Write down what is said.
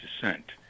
descent